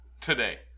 today